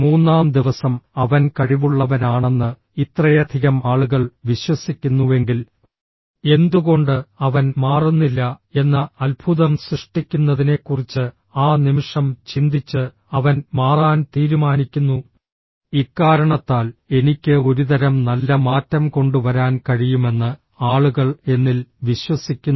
മൂന്നാം ദിവസം അവൻ കഴിവുള്ളവനാണെന്ന് ഇത്രയധികം ആളുകൾ വിശ്വസിക്കുന്നുവെങ്കിൽ എന്തുകൊണ്ട് അവൻ മാറുന്നില്ല എന്ന അത്ഭുതം സൃഷ്ടിക്കുന്നതിനെക്കുറിച്ച് ആ നിമിഷം ചിന്തിച്ച് അവൻ മാറാൻ തീരുമാനിക്കുന്നു ഇക്കാരണത്താൽ എനിക്ക് ഒരുതരം നല്ല മാറ്റം കൊണ്ടുവരാൻ കഴിയുമെന്ന് ആളുകൾ എന്നിൽ വിശ്വസിക്കുന്നു